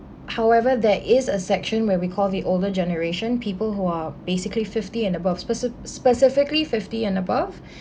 however there is a section where we call the older generation people who are basically fifty and above speci~ specifically fifty and above